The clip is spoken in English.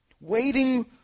waiting